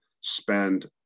spend